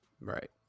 Right